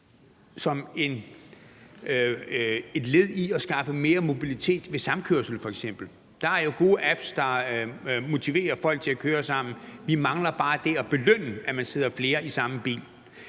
som et led i at skaffe mere mobilitet, f.eks. ved samkørsel? Der er jo gode apps, der motiverer folk til at køre sammen. Vi mangler bare at belønne det, at man sidder flere i den samme bil,